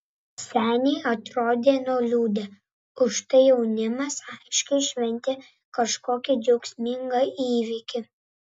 seniai atrodė nuliūdę užtai jaunimas aiškiai šventė kažkokį džiaugsmingą įvykį